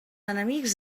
enemics